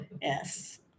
Yes